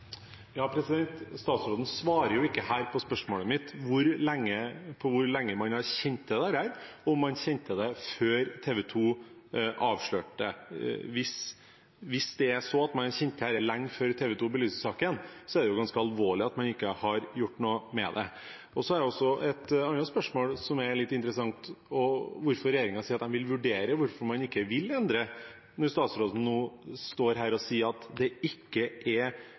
Statsråden svarer jo ikke her på spørsmålet mitt, på hvor lenge man har kjent til dette, og om man kjente til det før TV 2 avslørte det. Hvis det er slik at man kjente til dette lenge før TV 2 belyste saken, er det jo ganske alvorlig at man ikke har gjort noe med det. Så er det også et annet spørsmål som er litt interessant, og det er hvorfor regjeringen sier at de vil vurdere – hvorfor vil de ikke endre, når statsråden nå står her og sier at det kontaktnettet som er